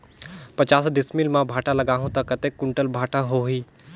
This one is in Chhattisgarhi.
पचास डिसमिल मां भांटा लगाहूं ता कतेक कुंटल भांटा होही?